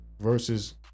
versus